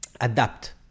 adapt